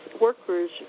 workers